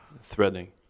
threading